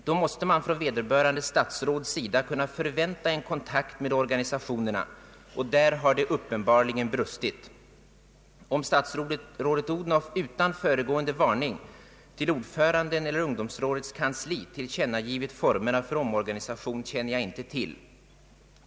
Då måste man från vederbörande statsråds sida kunna förvänta en kontakt med organisationerna, och där har det uppenbarligen brustit. Om statsrådet Odhnoff utan föregående varning till ordföranden eller ungdomsrådets kansli tillkännagivit formerna för omorganisation känner jag inte till.